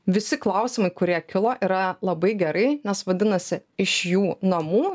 visi klausimai kurie kilo yra labai gerai nes vadinasi iš jų namų